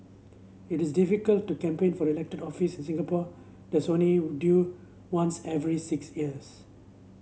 it is difficult to campaign for elected office in Singapore that's only due once every six years